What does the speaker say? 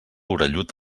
orellut